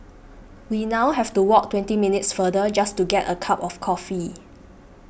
we now have to walk twenty minutes farther just to get a cup of coffee